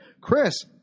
chris